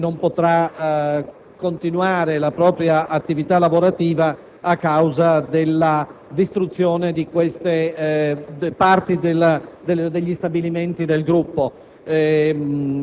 da domani non potrà continuare la propria attività lavorativa a causa della distruzione di queste parti dello stabilimento del gruppo.